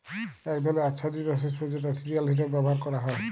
এক ধরলের আচ্ছাদিত শস্য যেটা সিরিয়াল হিসেবে ব্যবহার ক্যরা হ্যয়